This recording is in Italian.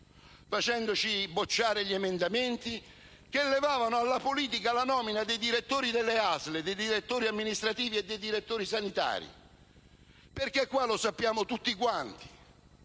facendoci bocciare gli emendamenti che sottraevano alla politica la nomina dei direttori delle ASL, dei direttori amministrativi e dei direttori sanitari. Perché lo sappiamo tutti che